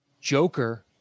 Joker